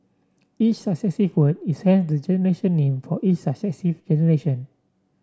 each successive word is hence the generation name for each successive generation